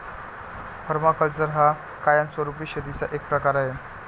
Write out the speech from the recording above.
permaculture हा कायमस्वरूपी शेतीचा एक प्रकार आहे